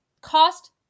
cost